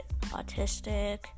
autistic